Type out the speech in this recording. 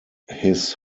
his